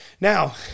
Now